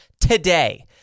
today